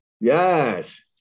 Yes